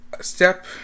step